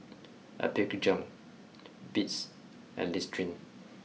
Apgujeong Beats and Listerine